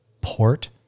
port